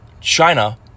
China